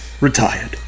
retired